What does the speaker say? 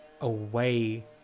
away